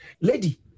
Lady